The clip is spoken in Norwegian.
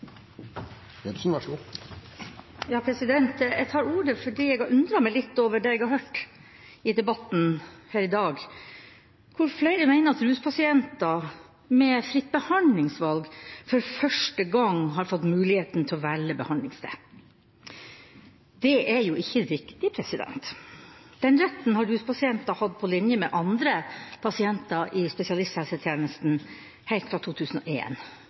Jeg tar ordet fordi jeg har undret meg litt over det jeg har hørt i debatten her i dag, hvor flere mener at ruspasienter med fritt behandlingsvalg for første gang har fått muligheten til å velge behandlingssted. Det er jo ikke riktig. Den retten har ruspasienter hatt på linje med andre pasienter i spesialisthelsetjenesten helt fra